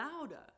louder